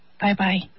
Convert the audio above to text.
bye-bye